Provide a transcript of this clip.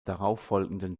darauffolgenden